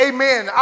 Amen